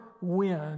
win